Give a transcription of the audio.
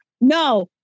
no